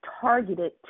targeted